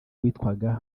witwaga